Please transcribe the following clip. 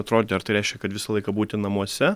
atrodyti ar tai reiškia kad visą laiką būti namuose